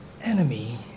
enemy